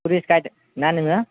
tourist गाइदना नोंयो